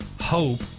hope